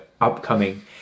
upcoming